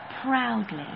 proudly